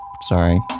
sorry